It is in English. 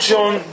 John